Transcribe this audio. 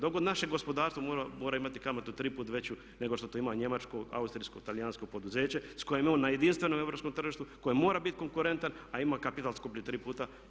Dok god naše gospodarstvo mora imati kamatu triput veću nego što to ima njemačko, austrijsko, talijansko poduzeća s kojim je on na jedinstvenom europskom tržištu koje mora biti konkurentan, a ima kapital skuplji tri puta.